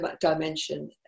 dimension